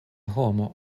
homo